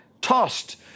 tossed